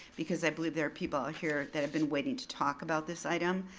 because i believe there are people here that have been waiting to talk about this item.